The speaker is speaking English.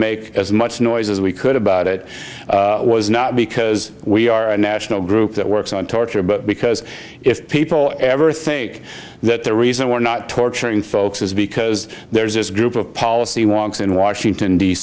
make as much noise as we could about it was not because we are a national group that works on torture but because if people ever think that the reason we're not torturing folks is because there's this group of policy wonks in washington d